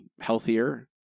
healthier